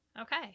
Okay